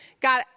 God